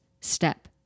step